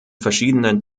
verschiedenen